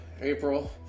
April